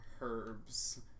Herbs